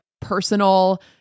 personal